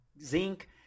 zinc